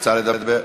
רוצה לדבר?